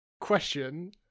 Question